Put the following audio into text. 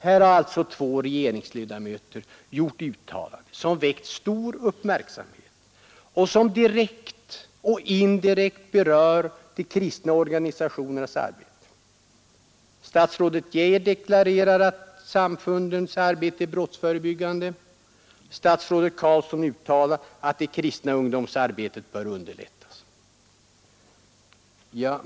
Här har alltså två regeringsledamöter gjort uttalanden som väckt stor uppmärksamhet och som direkt och indirekt berör de kristna organisationernas arbete. Statsrådet Geijer har deklarerat att samfundens arbete är brottsförebyggande, statsrådet Carlsson uttalar att det kristna ungdomsarbetet bör underlättas.